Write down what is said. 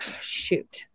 Shoot